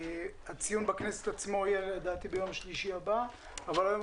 הציון במליאת הכנסת יהיה ביום שלישי הבא אבל היום